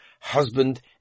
husband